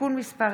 (תיקון מס'